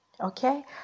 Okay